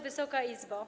Wysoka Izbo!